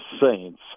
saints